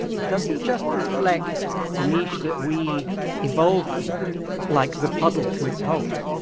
it doesn't just reflect the niche that we evolved in like the puddle to its hole.